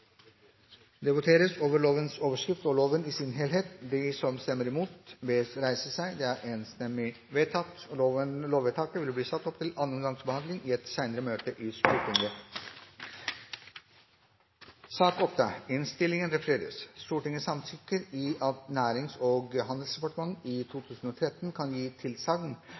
Det voteres over lovens overskrift og loven i sin helhet. Lovvedtaket vil bli satt opp til andre gangs behandling i et senere møte i Stortinget.